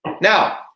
Now